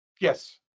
Yes